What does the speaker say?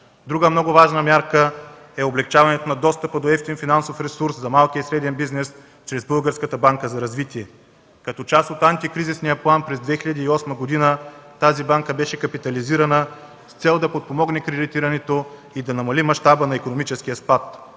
Друга много важна мярка е облекчаването на достъпа до евтин финансов ресурс за малкия и среден бизнес чрез Българската банка за развитие. Като част от антикризисния план през 2008 г. тази банка беше капитализирана с цел да подпомогне кредитирането и да намали мащаба на икономическия спад.